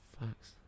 facts